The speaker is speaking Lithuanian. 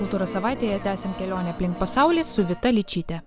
kultūros savaitėje tęsiant kelionę aplink pasaulį su vita ličytė